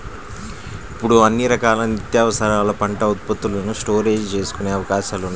ఇప్పుడు అన్ని రకాల నిత్యావసరాల పంట ఉత్పత్తులను స్టోరేజీ చేసుకునే అవకాశాలున్నాయి